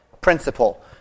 principle